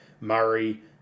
Murray